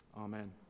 Amen